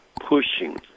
pushing